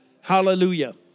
Hallelujah